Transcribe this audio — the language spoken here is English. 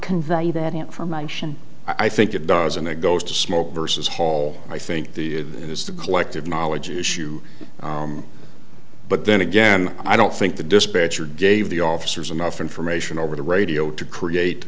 convey that information i think it does and it goes to smoke versus hall i think the it is the collective knowledge issue but then again i don't think the dispatcher gave the officers enough information over the radio to create